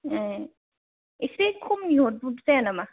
ए एसे खमनि हरबा जाया नामा